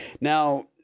Now